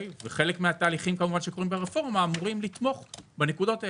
חלק מן התהליכים שקורים ברפורמה אמורים לתמוך בנקודות האלה.